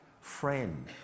friend